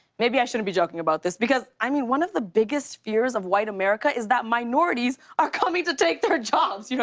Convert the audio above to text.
maybe i shouldn't be joking about this because, i mean, one of the biggest fears of white america is that minorities are coming to take their jobs. you know